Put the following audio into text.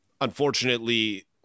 Unfortunately